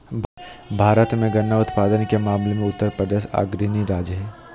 भारत मे गन्ना उत्पादन के मामले मे उत्तरप्रदेश अग्रणी राज्य हय